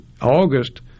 August